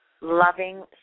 loving